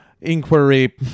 inquiry